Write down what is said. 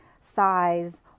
size